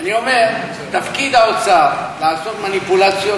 אני אומר: תפקיד האוצר לעשות מניפולציות,